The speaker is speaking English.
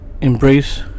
embrace